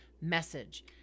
message